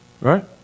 Right